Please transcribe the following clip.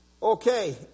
Okay